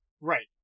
Right